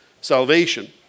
salvation